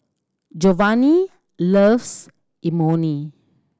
Jovanni loves Imoni